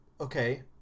Okay